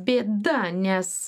bėda nes